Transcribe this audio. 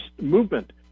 movement